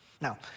Now